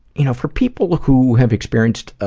you know, for people like who have experienced